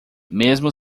mesmo